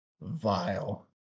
vile